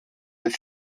des